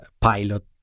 pilot